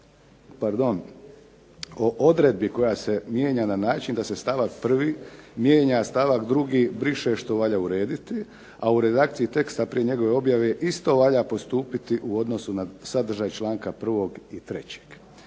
pardon o odredbi koja se mijenja na način da se stavak 1. mijenja stavak 2. briše što valja urediti, a u redakciji teksta prije njegove objave isto valja postupiti u odnosu na sadržaj članka 1. i 3.